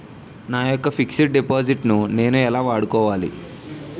నా యెక్క fixed deposit ను నేను ఎలా వాడుకోవాలి?